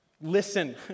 listen